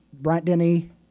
Bryant-Denny